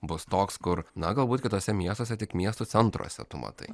bus toks kur na galbūt kituose miestuose tik miesto centruose tu matai